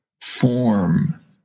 form